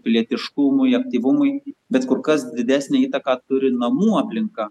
pilietiškumui aktyvumui bet kur kas didesnę įtaką turi namų aplinka